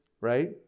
right